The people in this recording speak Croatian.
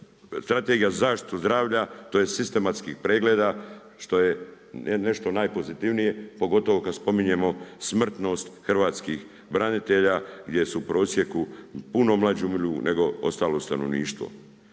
strategija zaštitu zdravlja, tj. sistematskih pregleda, što ej nešto najpozitivnije, pogotovo kad spominjemo smrtnost hrvatskih branitelja gdje u prosjeku puno mlađi umiru nego ostalo stanovništvo.